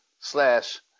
slash